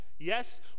Yes